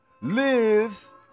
lives